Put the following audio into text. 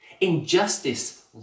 Injustice